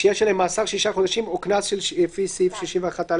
שיש עליהן מאסר שישה חודשים או קנס לפי סעיף 61(א)(1).